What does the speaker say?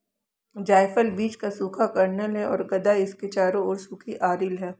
जायफल बीज का सूखा कर्नेल है और गदा इसके चारों ओर सूखी अरिल है